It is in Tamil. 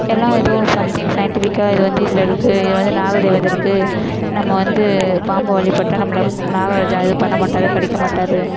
எல்லாம் ஏதோ சம்திங் சயின்ட்டிஃபிக்காக இது வந்து இதில் இருக்குது இங்கே வந்து நாகதேவதை இருக்குது நம்ம வந்து பாம்பை வழிபட்டா நம்மளை நாகராஜா எதுவும் பண்ண மாட்டார் கடிக்க மாட்டார்